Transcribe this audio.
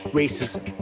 racism